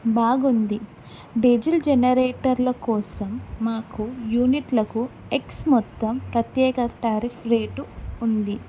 బాగుంది డీజిల్ జనరేటర్ల కోసం మాకు యూనిట్లకు ఎక్స్ మొత్తం ప్రత్యేక టారిఫ్ రేటు ఉంది